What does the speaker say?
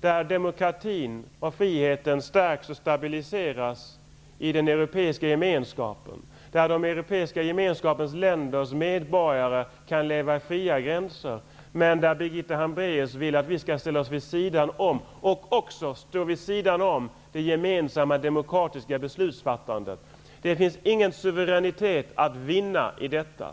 Medan demokratin och friheten stärks och stabiliseras i den europeiska gemenskapen, medan medborgarna i den europeiska gemenskapens länder kan leva med fria gränser vill Birgitta Hambraeus att vi skall ställa oss vid sidan av och och också stå vid sidan av det gemensamma demokratiska beslutsfattandet. Det finns ingen suveränitet att vinna i detta.